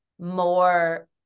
more